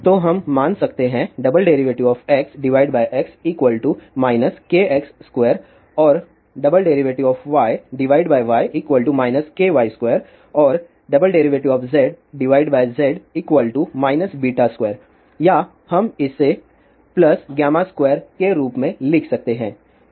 तो हम मान सकते हैं XX kx2 और YY ky2 और ZZ β2 या हम इसे γ2 के रूप में लिख सकते हैं